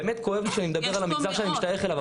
באמת כואב לי שאני מדבר על המגזר שאני משתייך אליו,